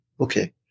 Okay